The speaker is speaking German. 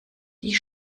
die